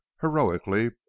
heroically